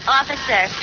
officer